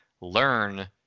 learn